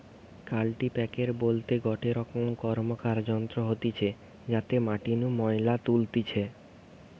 কাল্টিপ্যাকের বলতে গটে রকম র্কমকার যন্ত্র হতিছে যাতে মাটি নু ময়লা তুলতিছে